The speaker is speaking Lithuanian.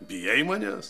bijai manęs